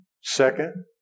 Second